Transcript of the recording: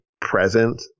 present